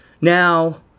Now